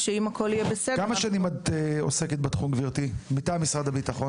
כמה שנים את עוסקת בתחום מטעם משרד הביטחון?